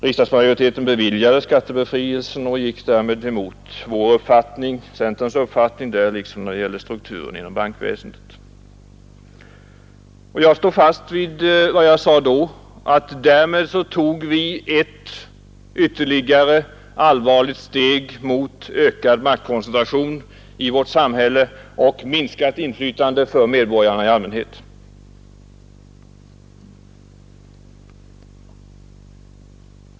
Riksdagsmajoriteten beviljade skattebefrielse och gick därmed emot centerns uppfattning, liksom när det gäller Jag står fast vid vad jag sade då, att vi därmed tog ytterligare ett allvarligt steg mot ökad maktkoncentration i vårt samhälle och minskat inflytande för medborgarna i allmänhet.